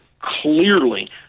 clearly